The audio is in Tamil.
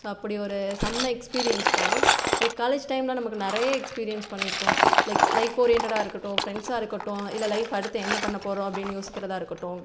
ஸோ அப்படி ஒரு செம்ம எக்ஸ்பீரியன்ஸ் தான் லைக் காலேஜ் டைமில் நமக்கு நிறைய எக்ஸ்பீரியன்ஸ் பண்ணியிருப்போம் லைக் லைஃப் ஓரியண்டடாக இருக்கட்டும் ஃப்ரண்ட்ஸாக இருக்கட்டும் இல்லை லைஃப் அடுத்து என்ன பண்ணப்போகிறோம் அப்படின்னு யோசிக்கிறதா இருக்கட்டும்